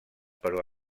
però